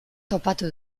topatu